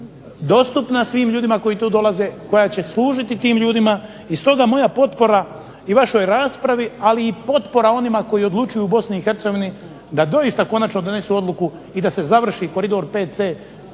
biti dostupna svim ljudima koji tu dolaze, koja će služiti tim ljudima i stoga moja potpora i vašoj raspravi, ali i potpora onima koji odlučuju u Bosni i Hercegovini da doista konačno donesu odluku i da se završi koridor VC,